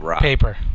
paper